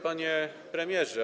Panie Premierze!